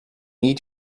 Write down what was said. need